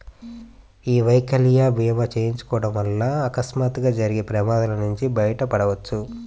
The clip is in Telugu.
యీ వైకల్య భీమా చేయించుకోడం వల్ల అకస్మాత్తుగా జరిగే ప్రమాదాల నుంచి బయటపడొచ్చు